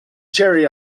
cherry